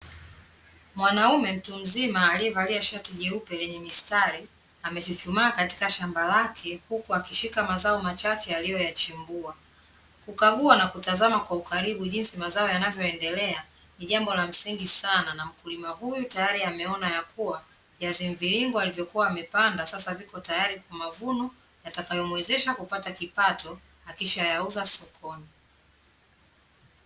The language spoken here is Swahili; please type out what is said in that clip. Mwanaume mtu mzima aliyevalia shati jeupe lenye mistari, amechuchumaa katika shamba lake huku akishika mazao machache aliyoyachimbua. Kukagua na kutazama kwa ukaribu jinsi mazao yanavyoendelea, ni jambo la msingi sana na mkulima huyu tayari ameona ya kuwa, viazi mviringo alivyokuwa amepanda, sasa viko tayari kwa mavuno yatakayomwezesha kupata kipato, akishayauza sokoni.